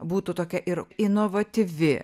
būtų tokia ir inovatyvi